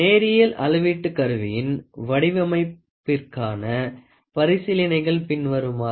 நேரியல் அளவீட்டு கருவியின் வடிவமைப்பிற்கான பரிசீலனைகள் பின்வருமாறு